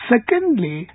Secondly